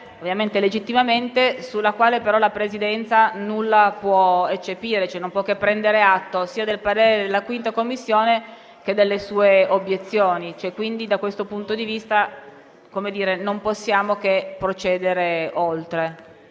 Commissione, legittimamente. Su di esso, però, la Presidenza nulla può eccepire, se non prendere atto sia del parere della 5a Commissione che delle sue obiezioni. Quindi, da questo punto di vista, non possiamo che procedere oltre.